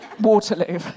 Waterloo